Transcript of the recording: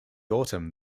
autumn